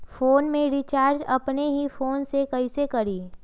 Phone में recharge अपने ही फ़ोन से कईसे करी?